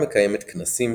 העמותה מקיימת כנסים,